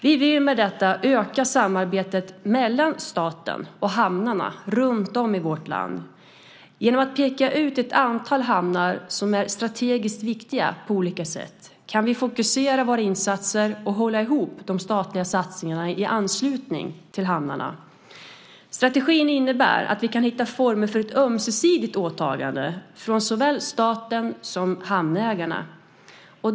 Vi vill med detta öka samarbetet mellan staten och hamnarna runtom i vårt land. Genom att peka ut ett antal hamnar som är strategiskt viktiga på olika sätt kan vi fokusera våra insatser och hålla ihop de statliga satsningarna i anslutning till hamnarna. Strategin innebär att vi kan hitta former för ett ömsesidigt åtagande från såväl staten som hamnägarna.